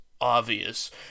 obvious